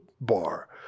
bar